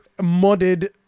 modded